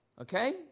Okay